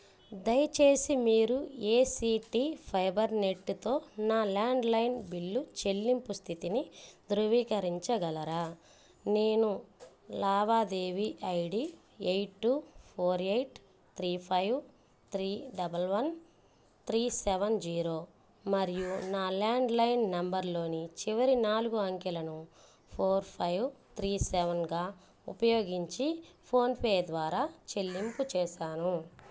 దయచేసి మీరు A C T ఫైబర్నెట్తో నా ల్యాండ్లైన్ బిల్లు చెల్లింపు స్థితిని ధృవీకరించగలరా నేను లావాదేవీ ID eight two four eight three five three double one three seven zero మరియు నా ల్యాండ్లైన్ నంబర్లోని చివరి నాలుగు అంకెలను ఫోర్ ఫైవ్ త్రీ సెవెన్గా ఉపయోగించి ఫోన్పే ద్వారా చెల్లింపు చేసాను